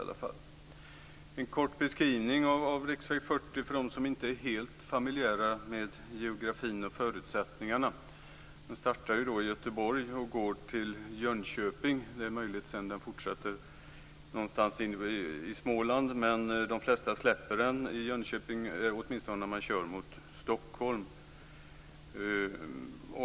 Jag ska ge en kort beskrivning av riksväg 40 för dem som inte är helt familjära med geografin och förutsättningarna. Den startar ju i Göteborg och går till Jönköping. Det är möjligt att den sedan fortsätter in i Småland någonstans. Men de flesta lämnar den i Jönköping, åtminstone när de kör mot Stockholm.